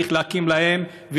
להקים להם,